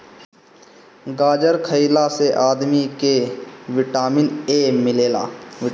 गाजर खइला से आदमी के विटामिन ए मिलेला